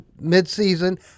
midseason